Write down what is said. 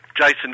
Jason